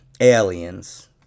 aliens